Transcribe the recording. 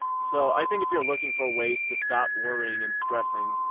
so i think if you're looking for ways to stop worrying and stressing,